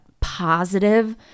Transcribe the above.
positive